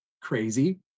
crazy